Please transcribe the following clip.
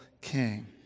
king